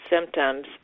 symptoms